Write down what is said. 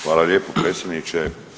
Hvala lijepo predsjedniče.